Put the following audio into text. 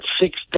six